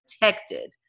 protected